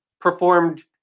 performed